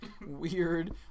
weird